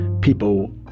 people